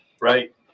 Right